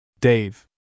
Dave